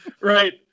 Right